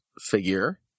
figure